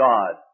God